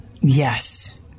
Yes